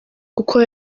kuko